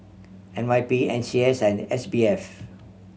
N Y P N C S and S B F